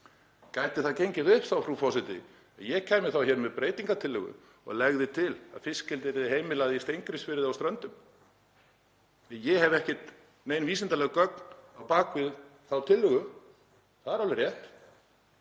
Gæti það þá gengið upp, frú forseti, að ég kæmi hér með breytingartillögu og legði til að fiskeldi yrði heimilað í Steingrímsfirði á Ströndum? Ég hef ekki nein vísindaleg gögn á bak við þá tillögu, það er alveg rétt,